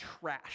trash